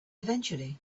eventually